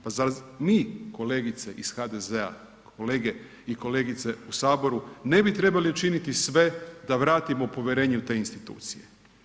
Pa zar mi kolegice iz HDZ-a, kolege i kolege u saboru ne bi trebali učiniti sve da vratimo povjerenje u te institucije.